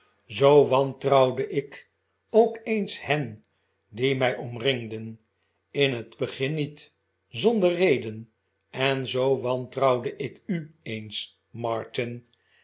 zoo wantrouwde ik ook eens hen die mij omringden in het begin niet zonder reden en zoo wantrouwde ik u eens martin